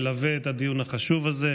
מלווה את הדיון החשוב הזה.